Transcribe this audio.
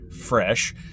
fresh